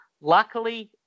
Luckily